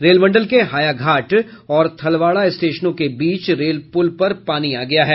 rail मंडल के हायाघाट और थलवाड़ा स्टेशनों के बीच रेल पुल पर पानी आ गया है